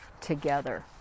together